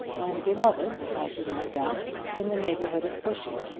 and beloved, i do not doubt, in the neighbourhood of bushey,